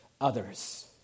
Others